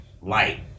light